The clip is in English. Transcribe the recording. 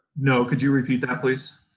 no. could you repeat that please?